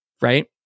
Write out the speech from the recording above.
right